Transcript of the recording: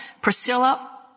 Priscilla